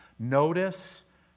Notice